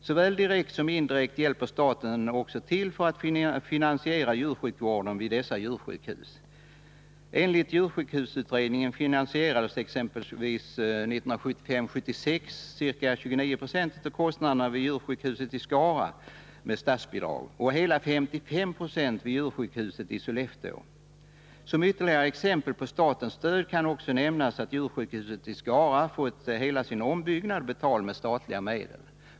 Såväl direkt som indirekt hjälper staten till att finansiera djursjukvården vid dessa djursjukhus. Enligt djursjukhusutredningen finansierades exempelvis 1975-1976 ca 29 96 av kostnaderna vid djursjukhuset i Skara med statsbidrag och hela 55 26 vid djursjukhuset i Sollefteå. Som ytterligare exempel på statens stöd kan också nämnas att djursjukhuset i Skara fått hela sin ombyggnad betalad med statliga medel.